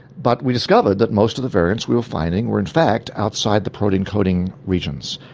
but we discovered that most of the variants we were finding were in fact outside the protein coding regions.